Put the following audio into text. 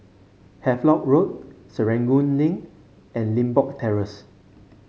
Havelock Road Serangoon Link and Limbok Terrace